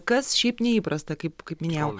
kas šiaip neįprasta kaip kaip minėjau